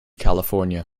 california